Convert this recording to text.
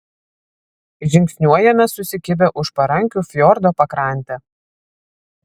žingsniuojame susikibę už parankių fjordo pakrante